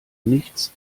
nichts